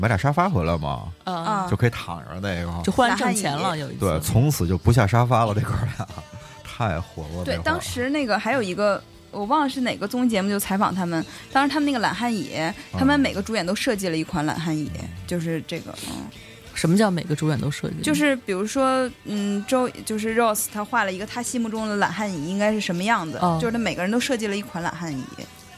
买俩沙发回来嘛，嗯。啊。就可以躺着那个。就忽然挣钱了，懒汉椅。有一次。对，从此就不下沙发了， 这哥俩，太火了 对，那会儿。当时那个还有一个，我忘了是哪个综艺节目就采访他们，当时他们那个懒汉椅，他们嗯。每个主演都设计了一款懒汉椅，就是这个，嗯。嗯。什么叫每个主演都设计了？就是比如说，嗯，周- 就是Ross他画了一个他心目中的懒汉椅应该是什么样子，哦。就是他每个人都设计了一款懒汉椅。